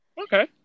Okay